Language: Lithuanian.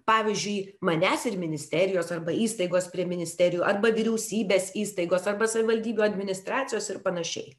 pavyzdžiui manęs ir ministerijos arba įstaigos prie ministerijų arba vyriausybės įstaigos arba savivaldybių administracijos ir panašiai